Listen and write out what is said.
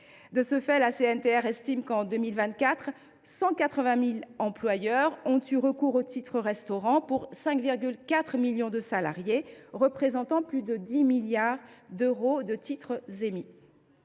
De ce fait, la CNTR estime que, en 2024, 180 000 employeurs ont eu recours au titre restaurant, pour 5,4 millions de salariés, représentant l’émission de plus de 10 milliards d’euros. Comme je